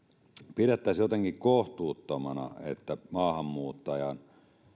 pidettäisiin jotenkin kohtuuttomana että maahanmuuttajan